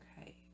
okay